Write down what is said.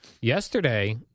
yesterday